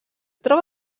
troba